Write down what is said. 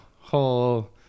whole